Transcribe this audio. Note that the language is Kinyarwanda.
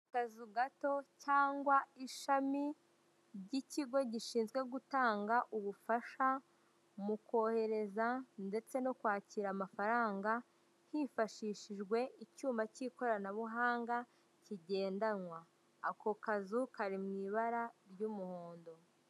Akazu gato cyangwa ishami, ry'ikigo gishinzwe gutanga ubufasha mu kohereza ndetse no kwakira amafaranga hifashishije icyuma k'ikoranabuhanga kigendanwa, ako kazu kari mu ibara ry'umuhondo.